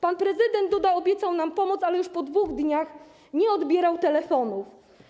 Pan prezydent Duda obiecał nam pomoc, ale już po 2 dniach nie odbierał telefonów.